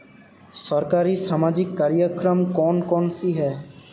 सरकारी सामाजिक कार्यक्रम कौन कौन से हैं?